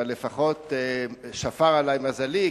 לפחות שפר עלי מזלי,